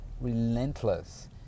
relentless